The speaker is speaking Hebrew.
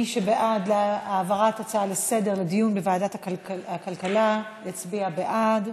מי שבעד העברת ההצעה לסדר-היום לדיון בוועדת הכלכלה יצביע בעד.